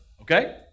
okay